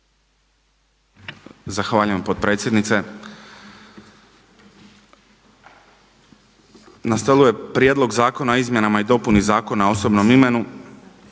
Zahvaljujem potpredsjednice. Na stolu je Prijedlog zakona o izmjenama i dopuni Zakona o osobnom imenu.